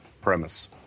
premise